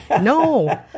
No